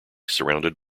surrounded